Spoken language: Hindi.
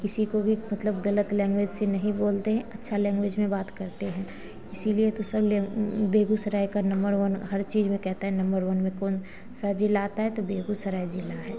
किसी को भी मतलब गलत लैंग्वेज से नहीं बोलते अच्छा लैंग्वेज में बात करते हैं इसीलिए तो सब लो बेगूसराय का नंबर वन हर चीज में कहते हैं नम्मर वन में कौन सा जिला आता है तो बेगूसराय जिला है